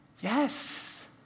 Yes